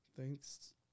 Thanks